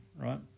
right